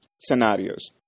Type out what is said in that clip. scenarios